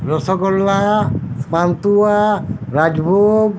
rasgulla pantua rajbhog